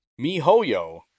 MiHoYo